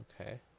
Okay